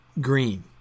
green